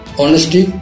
honesty